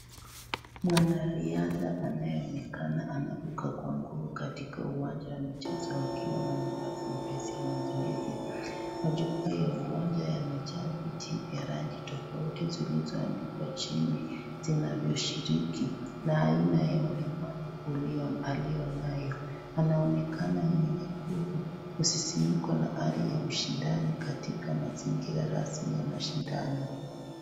Mwanariadhaa anaonekana anaruka kwa nguvu katika uwanja wa michezo akiwa na mavazi mepesi ya mazoezi, maajukwaa ya uwanja yamejaa viti vya rangi tofauti zilizoandikwa zinavyoshiriki na aina ya ulemavu aliyo nayo, anaonekana mwenye nguvu ,msisimuko na hali ya ushindani katika mazingira rasmi ya mashindano.